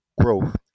growth